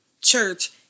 church